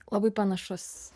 labai panašus